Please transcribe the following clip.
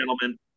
gentlemen